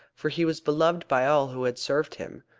for he was beloved by all who had served him.